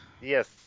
Yes